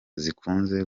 zikunze